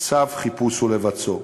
צו חיפוש ולבצעו.